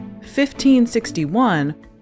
1561